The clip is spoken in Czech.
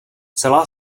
celá